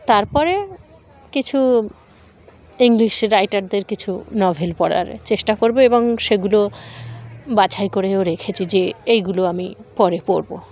তারপরে কিছু ইংলিশ রাইটারদের কিছু নভেল পড়ার চেষ্টা করবো এবং সেগুলো বাছাই করেও রেখেছি যে এইগুলো আমি পরে পড়বো